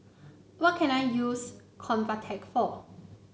what can I use Convatec for